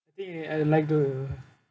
think it like to